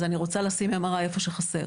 אז אני רוצה לשים MRI איפה שחסר.